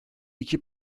i̇ki